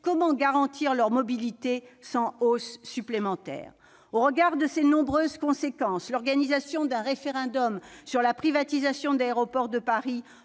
comment garantir leur mobilité sans hausse supplémentaire ? Au regard des nombreuses conséquences que je viens d'évoquer, l'organisation d'un référendum sur la privatisation d'Aéroports de Paris